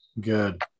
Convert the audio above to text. Good